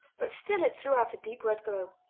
but still it threw out a deep red glow.